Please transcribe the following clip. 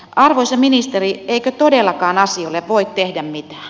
arvoisa ministeri eikö todellakaan asialle voi tehdä mitään